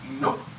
nope